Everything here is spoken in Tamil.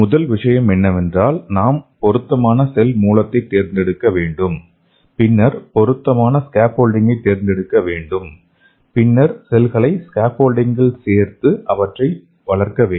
முதல் விஷயம் என்னவென்றால் நாம் பொருத்தமான செல் மூலத்தைத் தேர்ந்தெடுக்க வேண்டும் பின்னர் பொருத்தமான ஸ்கேஃபோல்டிங்கை தேர்ந்தெடுக்க வேண்டும் பின்னர் செல்களை ஸ்கேஃபோல்டிங்கில் சேர்த்து அவற்றை வளர்க்க வேண்டும்